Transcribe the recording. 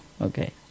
Okay